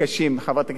חברת הכנסת זוארץ,